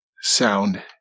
sound